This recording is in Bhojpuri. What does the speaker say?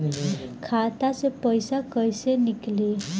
खाता से पैसा कैसे नीकली?